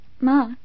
Ma